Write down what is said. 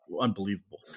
unbelievable